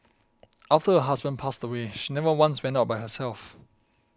after her husband passed away she never once went out by herself